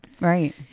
right